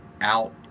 out